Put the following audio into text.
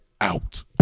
out